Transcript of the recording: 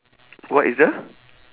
what is the